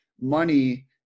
money